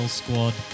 squad